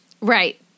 Right